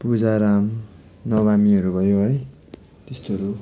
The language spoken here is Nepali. पूजा रामनवमीहरू भयो है त्यस्तोहरू